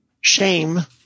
shame